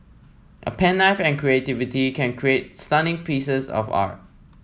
a pen knife and creativity can create stunning pieces of art